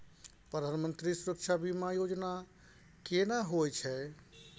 प्रधानमंत्री सुरक्षा बीमा योजना केना होय छै?